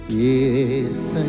Yes